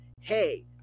hey